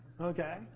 Okay